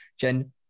Jen